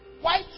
white